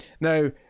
Now